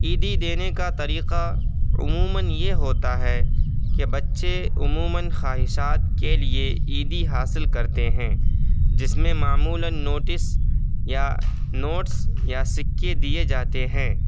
عیدی دینے کا طریقہ عموماً یہ ہوتا ہے کہ بچے عموماً خواہشات کے لیے عیدی حاصل کرتے ہیں جس میں معمولاً نوٹس یا نوٹس یا سکے دیے جاتے ہیں